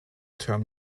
term